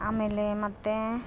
ಆಮೇಲೆ ಮತ್ತು